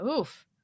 Oof